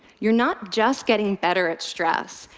you're not just getting better at stress,